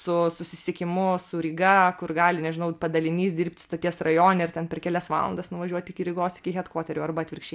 su susisiekimu su ryga kur gali nežinau padalinys dirbti stoties rajone ir ten per kelias valandas nuvažiuoti iki rygos iki head kvoterių arba atvirkščiai